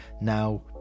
now